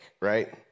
right